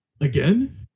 again